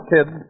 Kid